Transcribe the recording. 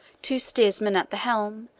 two steersmen at the helm,